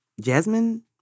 Jasmine